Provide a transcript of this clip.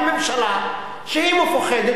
זה ממשלה שהיא מפוחדת,